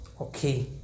okay